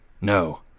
No